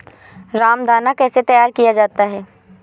रामदाना कैसे तैयार किया जाता है?